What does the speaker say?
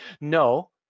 no